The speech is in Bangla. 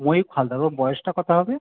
ময়ূখ হালদার ওর বয়সটা কতো হবে